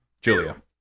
Julia